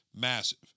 Massive